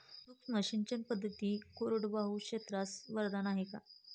सूक्ष्म सिंचन पद्धती कोरडवाहू क्षेत्रास वरदान आहे का?